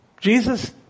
Jesus